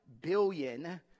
billion